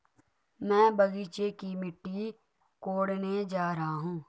मैं बगीचे की मिट्टी कोडने जा रहा हूं